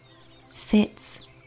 fits